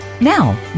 Now